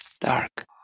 dark